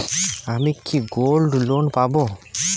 আমি কি gold loan পাবো?